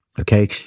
okay